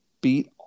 beat